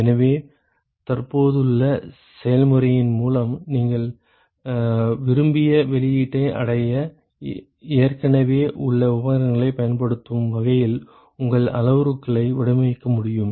எனவே தற்போதுள்ள செயல்முறையின் மூலம் நீங்கள் விரும்பிய வெளியீட்டை அடைய ஏற்கனவே உள்ள உபகரணங்களைப் பயன்படுத்தும் வகையில் உங்கள் அளவுருக்களை வடிவமைக்க முடியும்